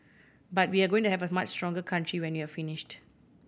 but we're going to have a much stronger country when we're finished